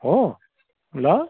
हो ल